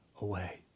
away